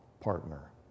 partner